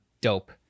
dope